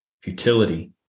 futility